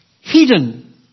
Hidden